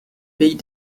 pays